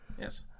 Yes